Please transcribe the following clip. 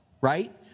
right